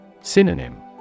Synonym